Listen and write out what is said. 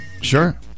Sure